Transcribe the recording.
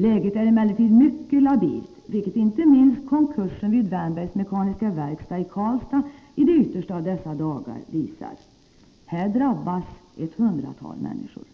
Läget är emellertid mycket labilt, vilket inte minst konkursen vid Wennbergs Mekaniska Verkstad i Karlstad i de yttersta av dessa dagar visar. Här drabbas ett hundratal människor.